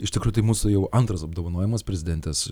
iš tikrųjų mūsų jau antras apdovanojimas prezidentės